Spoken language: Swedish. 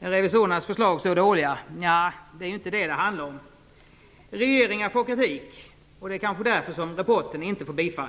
Är revisorernas förslag så dåliga? Nej, det handlar inte om det. Regeringen får kritik, och det är kanske därför som rapporten inte får bifall.